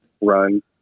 run